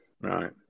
right